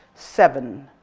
seven